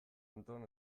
anton